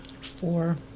Four